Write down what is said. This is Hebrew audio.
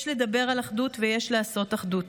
יש לדבר על אחדות ויש לעשות אחדות.